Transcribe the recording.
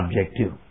objective